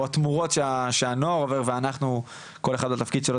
או התמורות שהנוער עובר ואנחנו כל אחד בתפקיד שלו